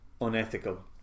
unethical